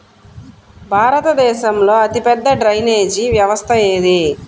భారతదేశంలో అతిపెద్ద డ్రైనేజీ వ్యవస్థ ఏది?